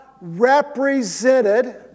represented